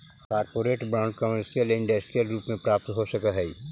corporate bond commercial या industrial रूप में प्राप्त हो सकऽ हई